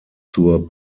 zur